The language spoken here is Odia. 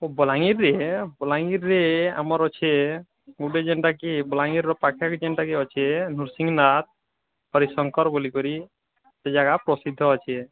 ଓଃ ବଲାଙ୍ଗୀର୍ରେ ହେ ବଲାଙ୍ଗୀର୍ରେ ଆମର୍ ଅଛି ଗୁଟେ ଯେନ୍ତା କି ବଲାଙ୍ଗୀରର ପାଖରେ ଯେନ୍ଟା କି ଅଛି ନୃସିଂହ ନାଥ ହରିଶଙ୍କର୍ ବୋଲିକରି ସେ ଜାଗା ପ୍ରସିଦ୍ଧ ଅଛି